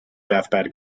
deathbed